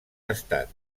estat